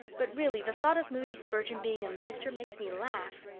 but really the thought of moody spurgeon being a minister makes me laugh.